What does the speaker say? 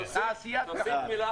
תוסיף מילה,